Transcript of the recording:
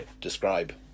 describe